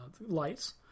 lights